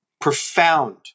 profound